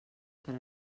per